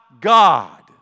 God